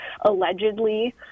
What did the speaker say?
allegedly